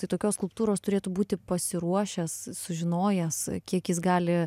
tai tokios skulptūros turėtų būti pasiruošęs sužinojęs kiek jis gali